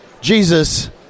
jesus